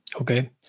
Okay